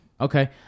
Okay